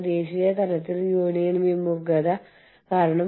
നിങ്ങൾക്ക് പ്രാദേശിക ഭക്ഷണങ്ങളും വിളമ്പാൻ തുടങ്ങാം